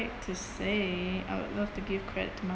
to say I would love to give credit to my